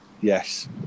yes